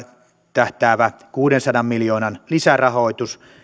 tähtäävä kuudensadan miljoonan lisärahoitus